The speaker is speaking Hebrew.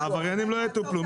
העבריינים לא יטופלו,